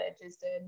interested